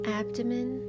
abdomen